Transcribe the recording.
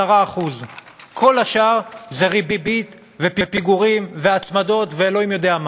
10%. כל השאר זה ריבית ופיגורים והצמדות ואלוהים יודע מה.